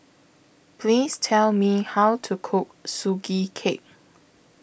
Please Tell Me How to Cook Sugee Cake